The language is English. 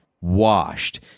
Washed